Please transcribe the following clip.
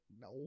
No